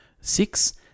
Six